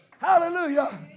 Hallelujah